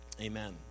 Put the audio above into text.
Amen